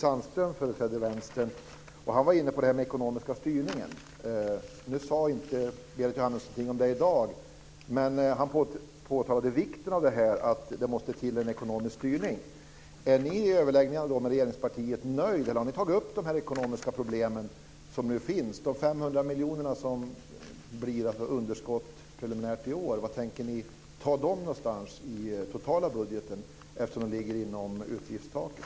Då företrädde Stig Sandström Vänstern, och han var inne på det här med den ekonomiska styrningen. Det sade inte Berit Jóhannesson någonting om i dag, men han påpekade vikten av att det måste till en ekonomisk styrning. Är ni nöjda efter överläggningarna med regeringspartiet? Har ni tagit upp de ekonomiska problem som nu finns? De där 500 miljonerna som det preliminärt blir i underskott i år, varifrån tänker ni ta dem i den totala budgeten så att det ligger inom utgiftstaket?